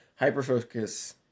Hyperfocus